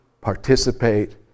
participate